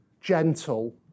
gentle